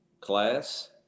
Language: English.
class